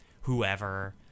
whoever